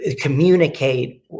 communicate